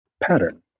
pattern